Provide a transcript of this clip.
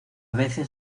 veces